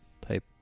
type